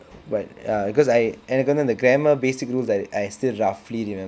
but ya because I எனக்கு வந்து அந்த:enakku vanthu antha grammar basic rules I I still roughly rememb~